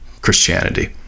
Christianity